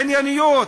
ענייניות,